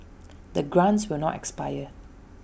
the grants will not expire